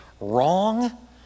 wrong